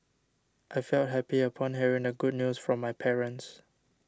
I felt happy upon hearing the good news from my parents